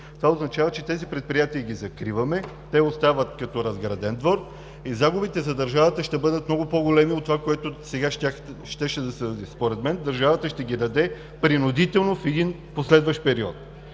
това означава, че закриваме тези предприятия, те остават като разграден двор и загубите за държавата ще бъдат много по-големи от това, което сега щеше да се даде. Според мен държавата ще ги даде принудително в един последващ период.